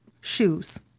shoes